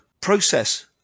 process